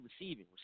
receiving